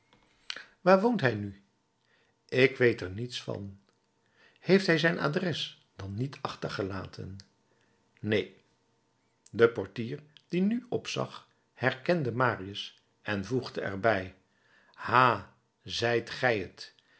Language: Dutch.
waar woont hij nu ik weet er niets van heeft hij zijn adres dan niet achtergelaten neen de portier die nu opzag herkende marius en voegde er bij ha zijt gij t